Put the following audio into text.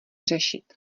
řešit